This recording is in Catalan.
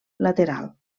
lateral